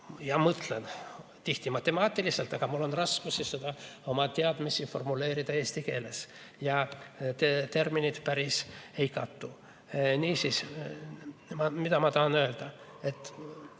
ja mõtlen tihti matemaatiliselt, aga mul on raskusi oma teadmisi formuleerida eesti keeles, terminid päris ei kattu. Niisiis, mida ma tahan öelda?